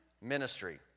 ministry